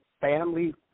family